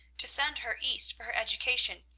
to send her east for her education,